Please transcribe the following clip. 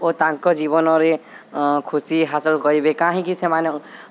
ଓ ତାଙ୍କ ଜୀବନରେ ଖୁସି ହାସଲ କରିବେ କାହିଁକି ସେମାନେ